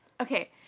Okay